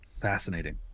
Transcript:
Fascinating